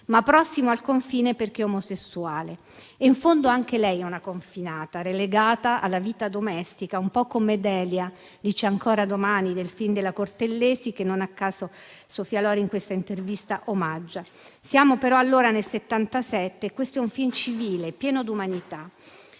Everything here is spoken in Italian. ma prossimo al confino perché omosessuale. In fondo anche lei è una confinata, relegata alla vita domestica, un po' come Delia in «C'è ancora domani», il film della Cortellesi che, non a caso, Sofia Loren in questa intervista omaggia. Siamo però nel 1977 e questo è un film civile, pieno di umanità.